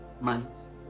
months